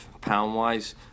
pound-wise